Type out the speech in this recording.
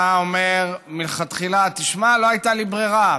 אתה אומר מלכתחילה: תשמע, לא הייתה לי ברירה.